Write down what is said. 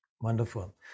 Wonderful